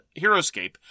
Heroescape